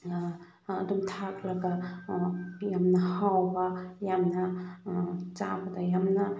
ꯑꯗꯨꯝ ꯊꯥꯛꯂꯒ ꯌꯥꯝꯅ ꯍꯥꯎꯕ ꯌꯥꯝꯅ ꯆꯥꯕꯗ ꯌꯥꯝꯅ